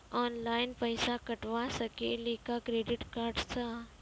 Online पैसा कटवा सकेली का क्रेडिट कार्ड सा?